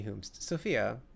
Sophia